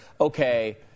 okay